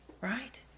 Right